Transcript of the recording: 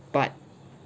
but